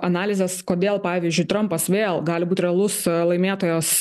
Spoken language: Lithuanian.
analizes kodėl pavyzdžiui trampas vėl gali būt realus laimėtojas